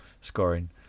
scoring